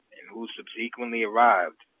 and who sub sequently arrived,